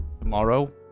tomorrow